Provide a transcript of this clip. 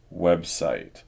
website